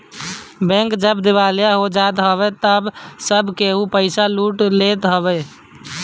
bank जब दिवालिया हो जात हवे तअ सब केहू के पईसा लूट लेत हवे